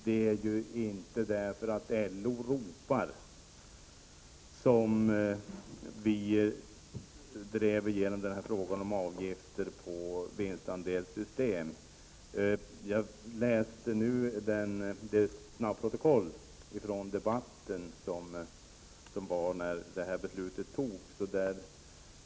Det var inte därför att LO ropade efter det som vi drev igenom avgiften på vinstandelar. Jag läste snabbprotokollet från den debatt som fördes när beslutet fattades.